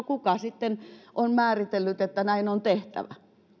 kuka on määritellyt että näin on tehtävä